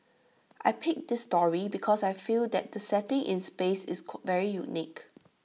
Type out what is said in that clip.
I picked this story because I feel that the setting in space is very unique